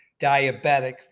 diabetic